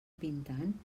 pintant